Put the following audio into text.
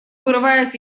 вырываясь